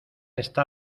está